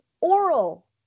oral